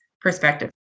perspective